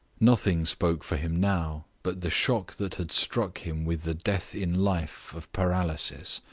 nothing spoke for him now but the shock that had struck him with the death-in-life of paralysis.